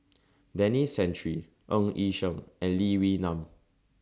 Denis Santry Ng Yi Sheng and Lee Wee Nam